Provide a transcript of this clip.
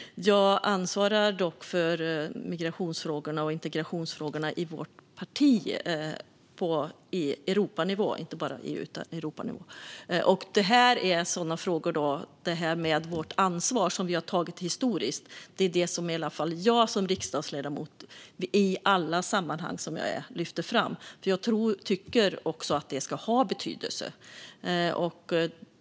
Jag ansvarar dock för migrations och integrationsfrågorna i vårt parti på Europanivå, alltså inte bara i EU. Det ansvar som vi har tagit historiskt är något som jag som riksdagsledamot i alla sammanhang lyfter fram, för jag tycker att det ska ha betydelse.